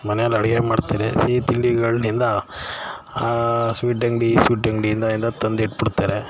ಮನೇಲಿ ಅಡುಗೆ ಮಾಡ್ತಾರೆ ಸಿಹಿ ತಿಂಡಿಗಳನ್ನೆಲ್ಲಾ ಸ್ವೀಟ್ ಅಂಗಡಿ ಸ್ವೀಟ್ ಅಂಗಡಿಯಿಂದ ಎಲ್ಲ ತಂದಿಟ್ಬಿಡ್ತಾರೆ